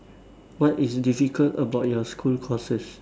what is difficult about your school courses